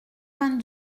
vingt